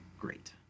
great